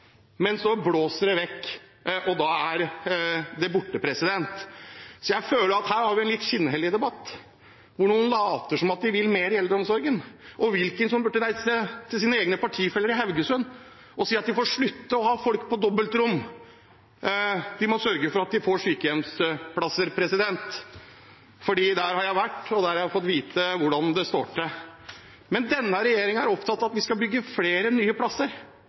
men så blåser det vekk, og da er det borte. Så jeg føler at vi her har en litt skinnhellig debatt, hvor noen later som om de vil mer i eldreomsorgen. Wilkinson burde reise til sine egne partifeller i Haugesund og si at de får slutte å ha folk på dobbeltrom. De må sørge for at de får sykehjemsplasser. Jeg har vært der og fått vite hvordan det står til der. Denne regjeringen er opptatt av at vi skal bygge flere nye plasser.